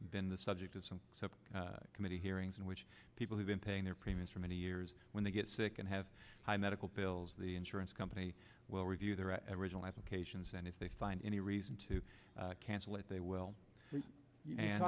been the subject of some committee hearings in which people have been paying their premiums for many years when they get sick and have high medical bills the insurance company will review their regional applications and if they find any reason to cancel it they will and